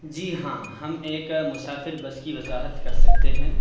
جی ہاں ہم ایک مسافر بس کی وضاحت کر سکتے ہیں